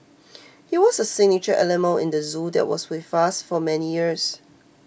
he was a signature animal in the zoo that was with for many years